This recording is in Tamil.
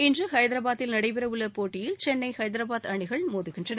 இன்று ஹைதராபாதில் நடைபெறவுள்ள போட்டியில் சென்னை ஹைதராபாத் அணிகள் மோதுகின்றன